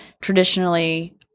traditionally